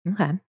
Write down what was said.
Okay